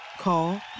Call